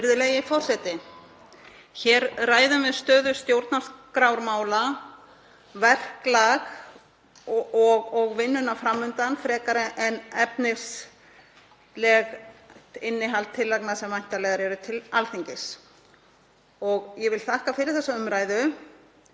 Virðulegi forseti. Hér ræðum við stöðu stjórnarskrármála, verklag og vinnuna fram undan frekar en efnislegt innihald tillagna sem væntanlegar eru til Alþingis. Ég þakka fyrir þessa umræðu.